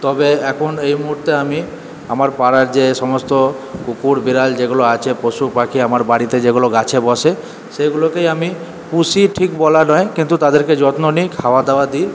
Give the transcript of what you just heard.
তবে এখন এই মুহূর্তে আমি আমার পাড়ার যে সমস্ত কুকুর বেড়াল যেগুলো আছে পশু পাখি আমার বাড়িতে যেগুলো গাছে বসে সেইগুলোকেই আমি পুষি ঠিক বলা নয় কিন্তু তাদেরকে যত্ন নিই খাওয়া দাওয়া দিই